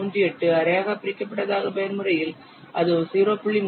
38 அரையாக பிரிக்கப்பட்டதாக பயன்முறையில் அது 0